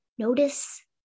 Notice